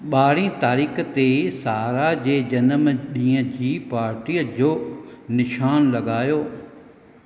ॿारहां तारीख़ ते सारा जे जनमु ॾींहुं जी पार्टीअ जो निशानु लॻायो